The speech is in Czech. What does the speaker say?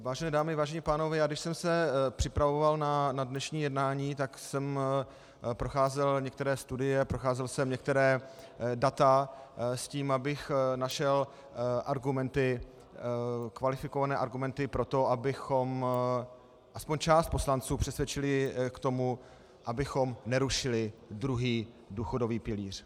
Vážené dámy, vážení pánové, když jsem se připravoval na dnešní jednání, procházel jsem některé studie, procházel jsem některá data s tím, abych našel argumenty, kvalifikované argumenty pro to, abychom aspoň část poslanců přesvědčili o tom, abychom nerušili druhý důchodový pilíř.